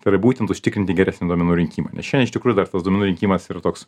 tai yra būtent užtikrinti geresnį duomenų rinkimą nes šiandien iš tikrųjų dar tas duomenų rinkimas yra toks